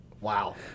Wow